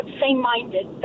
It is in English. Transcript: same-minded